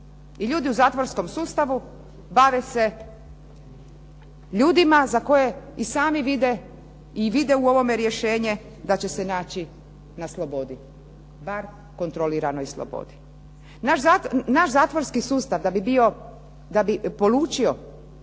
I ljudi u zatvorskom sustavu bave se ljudima za koje i sami vide i vide u ovome rješenje da će se naći na slobodi. Bar kontroliranoj slobodi. Naš zatvorski sustav da bi polučio